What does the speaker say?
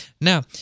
now